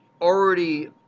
already